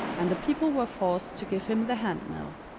and the people were forced to give him the hand-mill.